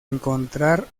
encontrar